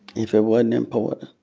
if it wasn't important?